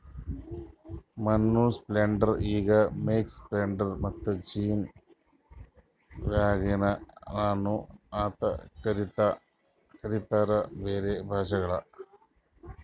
manure spreader ಈಗ್ muck spreader ಮತ್ತ ಜೇನ್ ವ್ಯಾಗನ್ ನು ಅಂತ ಕರಿತಾರ್ ಬೇರೆ ಭಾಷೆವಳಗ್